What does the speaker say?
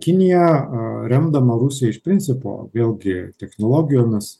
kinija remdama rusiją iš principo vėlgi technologijomis